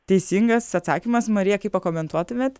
teisingas atsakymas marija kaip pakomentuotumėt